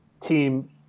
team